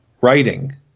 Writing